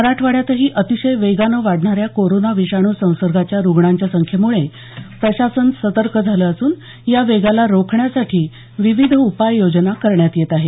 मराठवाड्यातही अतिशय वेगानं वाढणाऱ्या कोरोना विषाणू संसर्गाच्या रुग्णांच्या संख्येमुळे प्रशासन सतर्क झालं असून या वेगाला रोखण्यासाठी विविध उपाय योजना करण्यात येत आहेत